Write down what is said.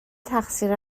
تقصیر